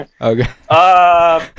Okay